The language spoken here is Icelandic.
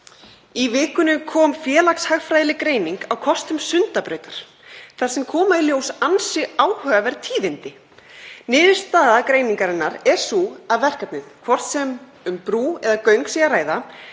Í vikunni kom félagshagfræðileg greining á kostum Sundabrautar þar sem koma í ljós ansi áhugaverð tíðindi. Niðurstaða greiningarinnar er sú að verkefnið, hvort sem um brú eða göng er að ræða,